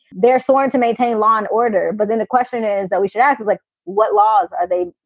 they're sworn to maintain law and order. but then the question is that we should ask, like what laws are they?